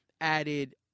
added